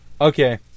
Okay